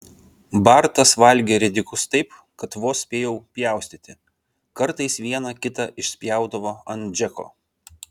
bartas valgė ridikus taip kad vos spėjau pjaustyti kartais vieną kitą išspjaudavo ant džeko